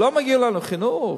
לא מגיע לנו חינוך?